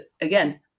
again